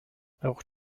auch